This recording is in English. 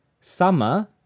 summer